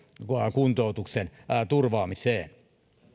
kuntoutuksen turvaamiseen